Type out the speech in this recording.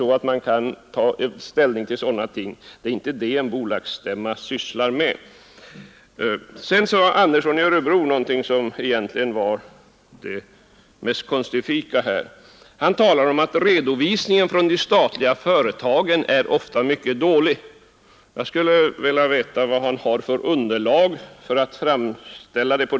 Det är inte sådant en bolagsstämma sysslar med. Vad herr Andersson i Örebro sade var det mest konstifika, nämligen att redovisningen från de statliga företagen ofta är mycket dålig. Jag skulle vilja veta vad herr Andersson har för underlag för detta påstående.